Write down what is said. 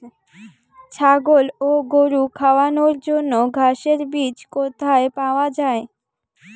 ছাগল ও গরু খাওয়ানোর জন্য ঘাসের বীজ কোথায় পাওয়া যায়?